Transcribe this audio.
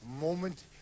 moment